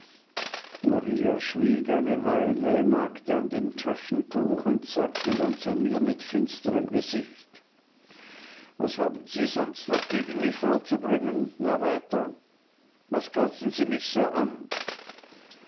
schwieg eine weile nagte an dem taschentuch und sagte dann zu mir mit finsterem gesicht was haben sie sonst noch gegen mich vorzubringen nur weiter was glotzen sie mich so an